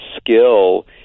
skill